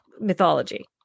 mythology